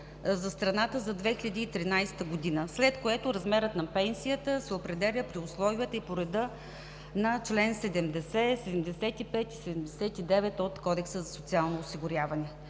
за страната за 2013 г., след което размерът на пенсията се определя при условията и по реда на членове 70, 75 и 79 от Кодекса за социално осигуряване.